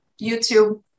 YouTube